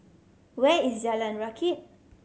where is Jalan Rakit